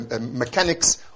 mechanics